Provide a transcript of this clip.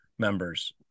Members